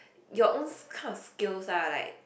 your own kind of skills ah like